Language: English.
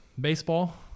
baseball